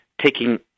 taking